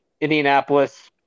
Indianapolis